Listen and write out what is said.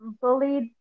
bullied